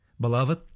Beloved